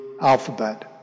alphabet